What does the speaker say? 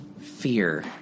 fear